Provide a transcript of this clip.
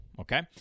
okay